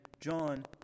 John